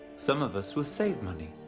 some of us will save money,